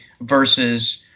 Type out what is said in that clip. versus